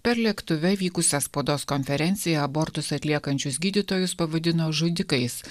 per lėktuve vykusią spaudos konferenciją abortus atliekančius gydytojus pavadino žudikais